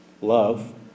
love